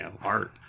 art